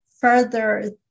further